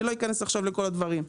אני לא אכנס לכל הדברים.